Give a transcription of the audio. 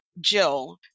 Jill